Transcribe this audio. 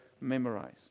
memorize